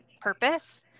purpose